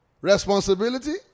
Responsibility